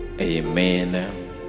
Amen